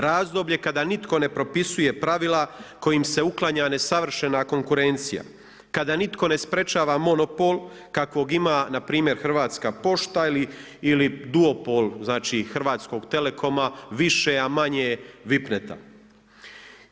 Razdoblje kada nitko ne propisuje pravila kojim se uklanja nesavršena konkurencija, kada nitko ne sprečava monopol kakvog ima npr. Hrvatska pošta i duopol Hrvatskog Telekoma više, a manje Vipnet-a.